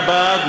תודה רבה.